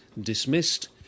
dismissed